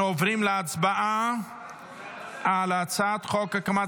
כדי להחליט לאיזו ועדה זה יעבור לצורך הכנתה לקריאה ראשונה.